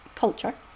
Culture